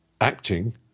acting